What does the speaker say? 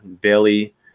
Bailey